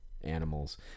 animals